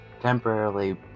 Temporarily